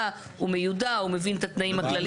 הוא מיודע הוא מבין את התנאים הכלליים,